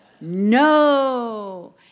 No